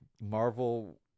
Marvel